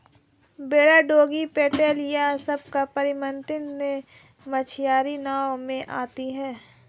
बेड़ा डोंगी पटेल यह सब पारम्परिक मछियारी नाव में आती हैं